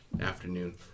afternoon